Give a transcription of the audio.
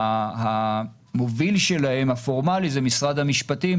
המוביל שלהם הפורמאלי זה משרד המשפטים,